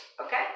Okay